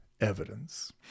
evidence